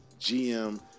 GM